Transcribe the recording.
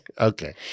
Okay